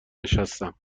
نشستم